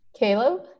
Caleb